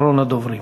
אחרון הדוברים.